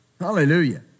Hallelujah